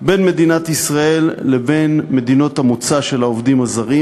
בין מדינת ישראל לבין מדינות המוצא של העובדים הזרים,